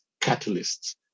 catalysts